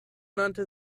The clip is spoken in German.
nannte